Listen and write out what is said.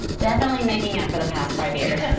definitely making up for the past five years,